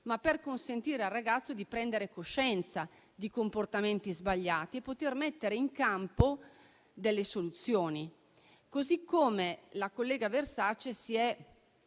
per consentirgli di prendere coscienza di comportamenti sbagliati e poter mettere in campo delle soluzioni. La collega Versace si è